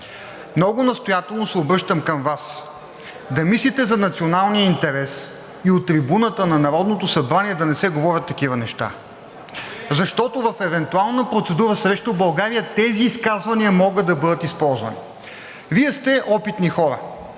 Много настоятелно се обръщам към Вас да мислите за националния интерес и от трибуната на Народното събрание да не се говорят такива неща, защото в евентуална процедура срещу България тези изказвания могат да бъдат използвани. Вие сте опитни хора.